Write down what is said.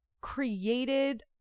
created